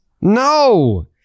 No